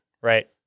right